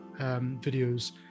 videos